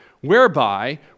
whereby